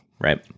right